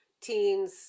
teens